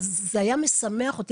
זה היה משמח אותי.